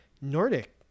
Nordic